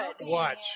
Watch